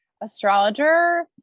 astrologer